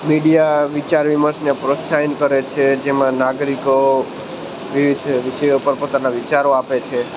media વિચારવિમર્શને પ્રોત્સાહીત કરે છે જેમાં નાગરિકો વિવિધ વિષયો પર પોતાના વિચારો આપે છે